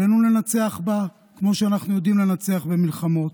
ועלינו לנצח בה, כמו שאנחנו יודעים לנצח במלחמות.